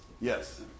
Yes